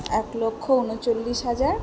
এক লক্ষ উনচল্লিশ হাজার